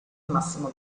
massimo